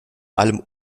allem